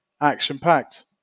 Action-packed